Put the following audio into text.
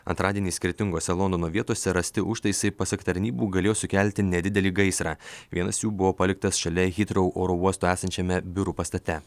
antradienį skirtingose londono vietose rasti užtaisai pasak tarnybų galėjo sukelti nedidelį gaisrą vienas jų buvo paliktas šalia hitrau oro uosto esančiame biurų pastate